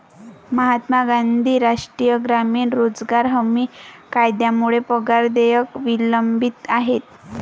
महात्मा गांधी राष्ट्रीय ग्रामीण रोजगार हमी कायद्यामुळे पगार देयके विलंबित आहेत